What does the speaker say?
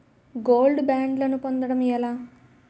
Gold బ్యాండ్లను పొందటం ఎలా?